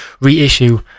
reissue